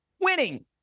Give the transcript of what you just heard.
winning